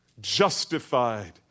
Justified